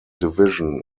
division